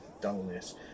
dullness